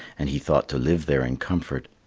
and he thought to live there in comfort.